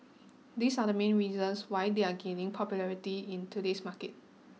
these are the main reasons why they are gaining popularity in today's market